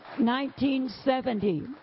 1970